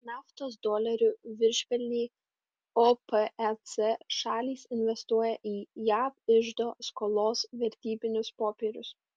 naftos dolerių viršpelnį opec šalys investuoja į jav iždo skolos vertybinius popierius